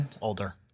Older